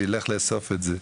שיילך לאסוף את זה".